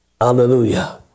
Hallelujah